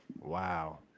Wow